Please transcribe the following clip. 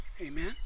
amen